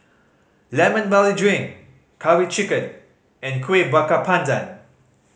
Lemon Barley Drink Curry Chicken and Kueh Bakar Pandan